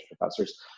professors